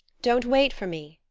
don't wait for me,